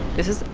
this is,